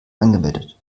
angemeldet